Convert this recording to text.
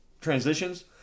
transitions